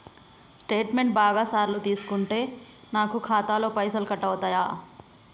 Statement బాగా సార్లు తీసుకుంటే నాకు ఖాతాలో పైసలు కట్ అవుతయా?